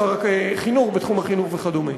שר החינוך בתחום החינוך וכדומה.